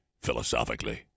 philosophically